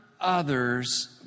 others